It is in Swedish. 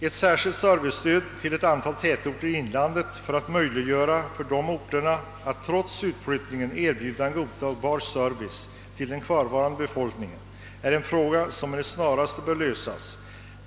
Ett särskilt servicestöd till ett antal tätorter i inlandet för att möjliggöra för dessa att trots utflyttningen erbjuda en godtagbar service till den kvarvarande befolkningen borde snarast beslutas.